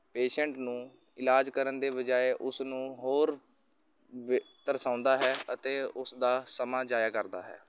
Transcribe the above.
patient ਨੂੰ ਇਲਾਜ ਕਰਨ ਦੀ ਬਜਾਏ ਉਸਨੂੰ ਹੋਰ ਵੀ ਤਰਸਾਉਂਦਾ ਹੈ ਅਤੇ ਉਸਦਾ ਸਮਾਂ ਜਾਇਆ ਕਰਦਾ ਹੈ